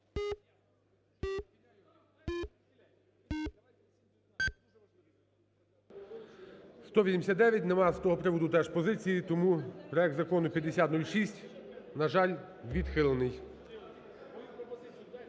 За-189 Немає з цього приводу теж позиції, тому проект Закону 5006, на жаль, відхилений.